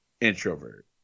introvert